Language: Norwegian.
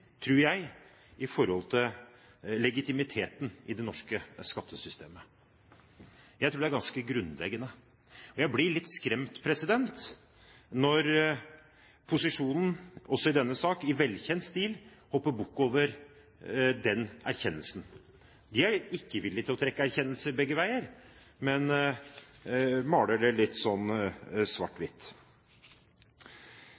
tror jeg, i forhold til legitimiteten i det norske skattesystemet. Jeg tror det er ganske grunnleggende. Jeg blir litt skremt når opposisjonen også i denne sak i velkjent stil hopper bukk over den erkjennelsen. De er ikke villige til å trekke erkjennelser begge veier, men maler det litt sånn